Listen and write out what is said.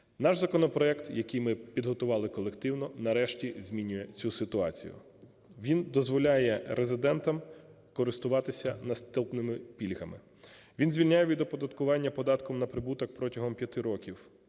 Наш законопроект, який ми підготували колективно, нарешті змінює цю ситуацію. Він дозволяє резидентам користуватися наступними пільгами: він звільняє від оподаткування податком на прибуток протягом 5 років: